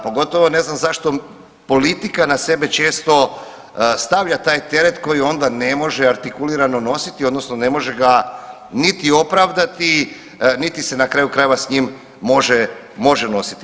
Pogotovo ne znam zašto politika na sebe često stavlja taj teret koji onda ne može artikulirano nositi odnosno ne može ga niti opravdati niti se na kraju krajeva s njim može nositi.